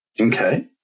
okay